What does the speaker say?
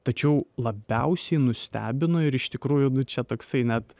tačiau labiausiai nustebino ir iš tikrųjų nu čia toksai net